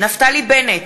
נפתלי בנט,